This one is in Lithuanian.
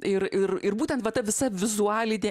ir ir ir būtent va ta visa vizualinė